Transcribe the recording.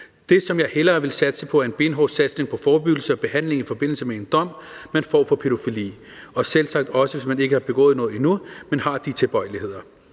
Det, som jeg hellere vil satse på, er en benhård indsats for forebyggelse og behandling i forbindelse med en dom, som man får for pædofili – og selvsagt også, hvis man ikke har begået noget endnu, men har de tilbøjeligheder.